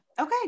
Okay